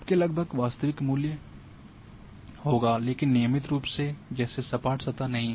आपके लगभग वास्तविक मूल्य होगा लेकिन नियमित रूप जैसे सपाट सतह नहीं